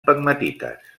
pegmatites